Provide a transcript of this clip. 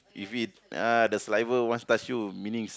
if it uh the saliva once touch you meanings